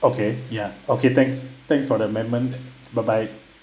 okay ya okay thanks thanks for the amendment bye bye